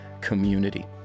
community